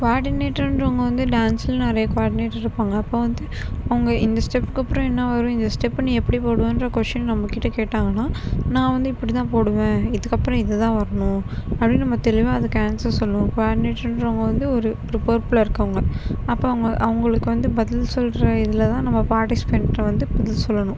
கோஆடினேட்டர்ன்றவங்க வந்து டான்ஸில் நிறைய குவாடினேட்டர் இருப்பாங்க அப்போ வந்து அவங்கள் இந்த ஸ்டெப்புக்கு அப்புறம் என்ன வரும் இந்த ஸ்டெப்பை நீ எப்படி போடுவன்ற கொஷின் நம்மகிட்ட கேட்டாங்கன்னா நான் வந்து இப்படி தான் போடுவேன் இதுக்கு அப்புறம் இது தான் வரணும் அப்படினு நம்ம தெளிவாக அதுக்கு ஆன்சர் சொல்வோம் கோஆடினேட்டருன்றவங்க வந்து ஒரு ஒரு பொறுப்பில் இருக்கிறவங்க அப்போ அவங்கள் அவங்களுக்கு வந்து பதில் சொல்கிற இதில் தான் நம்ம பார்ட்டிசிபேண்ட் வந்து பதில் சொல்லணும்